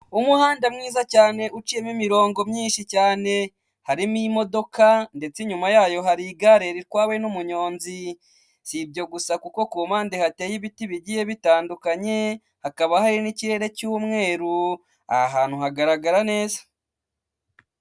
Umuhanda mwiza cyane uciyemo imirongo myinshi cyane, harimo imodoka ndetse inyuma yayo hari igare ritwawe n'umunyonzi, si ibyo gusa kuko ku mpande hateye ibiti bigiye bitandukanye hakaba hari n'ikirere cy'umweru, aha hantu hagaragara neza.